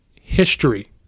history